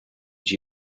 she